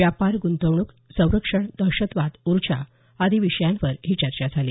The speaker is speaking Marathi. व्यापार गृंतवणूक संरक्षण दहशतवाद ऊर्जा आदी विषयांवर ही चर्चा झाली